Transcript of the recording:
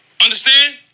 Understand